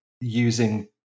using